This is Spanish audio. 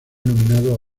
nominado